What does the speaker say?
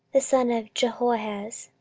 the son of jehoahaz,